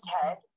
head